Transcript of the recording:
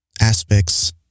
aspects